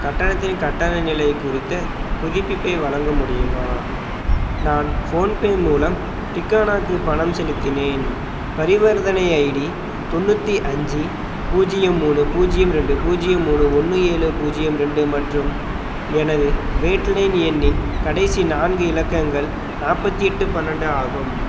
கட்டணத்தின் கட்டண நிலை குறித்து புதுப்பிப்பை வழங்க முடியுமா நான் ஃபோன்பே மூலம் டிக்கோனாவுக்கு பணம் செலுத்தினேன் பரிவர்த்தனை ஐடி தொண்ணூற்றி அஞ்சு பூஜ்ஜியம் மூணு பூஜ்ஜியம் ரெண்டு பூஜ்ஜியம் மூணு ஒன்று ஏழு பூஜ்ஜியம் ரெண்டு மற்றும் எனது வேட் லைன் எண்ணின் கடைசி நான்கு இலக்கங்கள் நாற்பத்தி எட்டு பன்னெண்டு ஆகும்